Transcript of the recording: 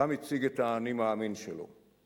שם הציג את ה"אני מאמין" שלו: